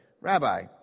Rabbi